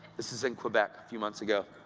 this was in quebec a few months ago.